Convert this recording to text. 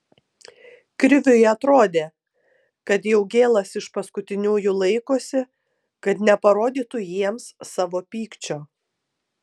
kriviui atrodė kad jaugėlas iš paskutiniųjų laikosi kad neparodytų jiems savo pykčio